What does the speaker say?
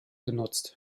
genutzt